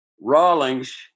Rawlings